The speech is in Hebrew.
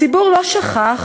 הציבור לא שכח.